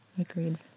Agreed